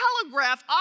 telegraph